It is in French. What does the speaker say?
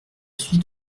suis